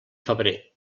febrer